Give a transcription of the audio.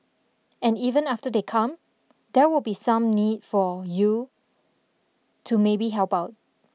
and even after they come there will be some need for you to maybe help out